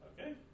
Okay